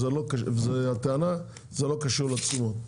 והטענה שזה לא קשור לתשומות.